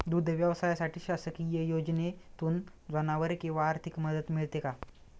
दूध व्यवसायासाठी शासकीय योजनेतून जनावरे किंवा आर्थिक मदत मिळते का?